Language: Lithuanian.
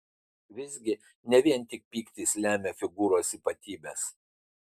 visgi ne vien tik pyktis lemia figūros ypatybes